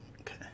okay